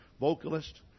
vocalist